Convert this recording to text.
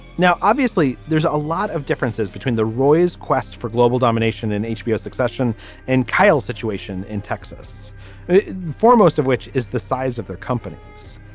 now obviously there's a lot of differences between the roy's quest for global domination and hbo succession and kyle's situation in texas for most of which is the size of their companies.